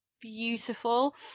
beautiful